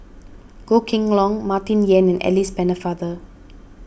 Goh Kheng Long Martin Yan and Alice Pennefather